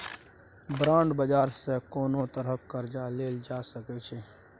bond बाजार सँ कोनो तरहक कर्जा लेल जा सकै छै